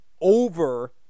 over